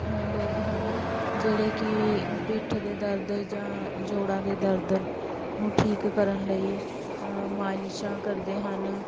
ਲੋਕ ਹਨ ਜਿਹੜੇ ਕਿ ਪਿੱਠ ਦੇ ਦਰਦ ਜਾਂ ਜੋੜਾਂ ਦੇ ਦਰਦ ਨੂੰ ਠੀਕ ਕਰਨ ਲਈ ਮਾਲਸ਼ਾਂ ਕਰਦੇ ਹਨ